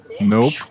Nope